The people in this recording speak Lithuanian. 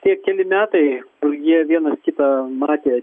tie keli metai jie vienas kitą matė